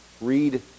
read